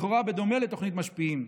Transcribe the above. לכאורה בדומה לתוכנית "משפיעים".